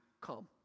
Come